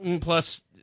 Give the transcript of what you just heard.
plus